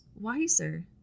wiser